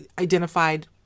identified